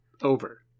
Over